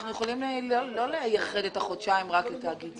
אנחנו יכולים לא לייחד את החודשיים רק לתאגיד זר.